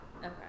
Okay